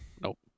Nope